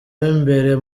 w’imbere